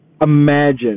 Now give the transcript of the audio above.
imagine